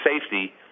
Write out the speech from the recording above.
safety